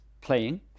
playing